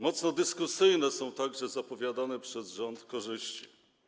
Mocno dyskusyjne są także zapowiadane przez rząd korzyści.